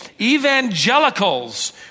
evangelicals